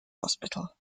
hospital